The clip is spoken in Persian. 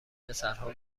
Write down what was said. پسرها